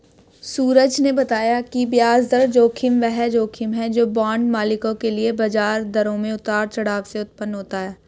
सूरज ने बताया कि ब्याज दर जोखिम वह जोखिम है जो बांड मालिकों के लिए ब्याज दरों में उतार चढ़ाव से उत्पन्न होता है